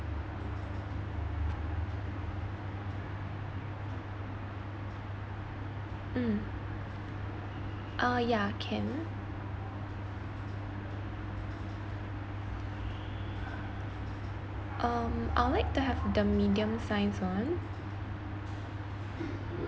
mm uh yeah can um I'll like to have the medium size one